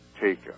take